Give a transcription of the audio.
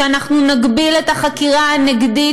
אנחנו נגביל את החקירה הנגדית,